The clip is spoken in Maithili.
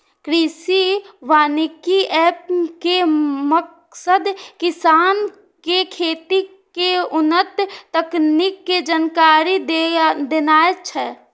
कृषि वानिकी एप के मकसद किसान कें खेती के उन्नत तकनीक के जानकारी देनाय छै